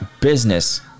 business